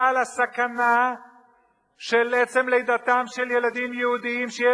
על הסכנה של עצם לידתם של ילדים יהודים, שיש